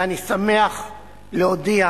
ואני שמח להודיע,